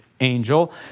angel